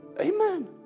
Amen